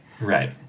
Right